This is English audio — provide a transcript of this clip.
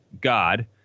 God